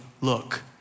look